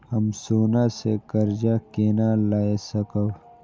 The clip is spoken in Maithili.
हम सोना से कर्जा केना लाय सकब?